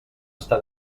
està